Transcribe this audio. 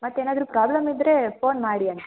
ಮತ್ತೇನಾದರೂ ಪ್ರಾಬ್ಲಮ್ ಇದ್ದರೆ ಫೋನ್ ಮಾಡಿ ಅನ್